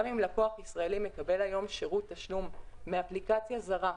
גם אם לקוח ישראלי מקבל היום שירות תשלום מאפליקציה זרה,